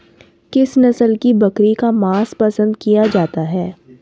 किस नस्ल की बकरी का मांस पसंद किया जाता है?